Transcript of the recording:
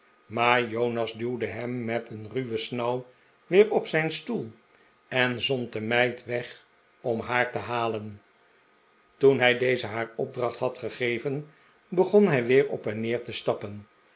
maar jonas duwde hem met een ruwen snauw weer op zijn stoel en zond de meid weg om haar te halen toen hij deze haar opdracht had gegeven begon hij weer op en neer te stappen